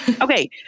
Okay